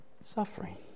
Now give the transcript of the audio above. Suffering